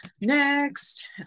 next